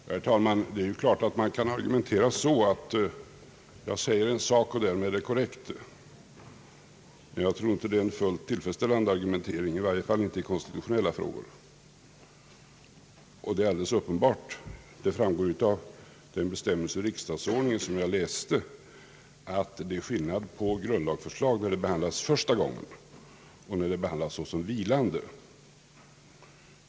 Herr talman! Det är klart att man kan argumentera på det sättet att man först påstår en sak och sedan hävdar ati vad man påstått är korrekt, men jag tror inte att det är en fullt tillfredsställande argumentering, i varje fall inte i konstitutionella frågor. Det är uppenbart — det framgår av den bestämmelse i riksdagsordningen som jag läste upp — att det är skillnad mellan grundlagsförslag som behandlas första gången och förslag som behandlas såsom vilande.